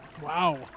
Wow